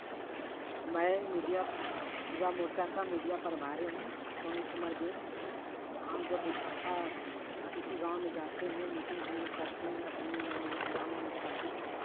मैं मीडिया युवा मोर्चा का मीडिया प्रभारी हूँ पवन कुमार बिंद हम जब इकट्ठा किसी गाँव में जाते हैं मीटिंग हमलोग करते हैं अपनी युवा मो युवाओं मोर्चा की